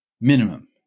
minimum